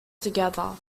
together